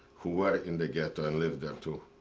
who were in the ghetto and live there too.